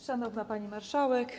Szanowna Pani Marszałek!